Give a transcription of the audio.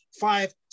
five